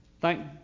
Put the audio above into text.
Thank